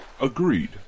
Agreed